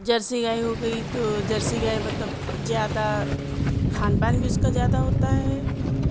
Jersey گائے ہو گئی تو جرسی گائے مطلب زیادہ کھان پان بھی اس کا زیادہ ہوتا ہے